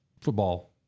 football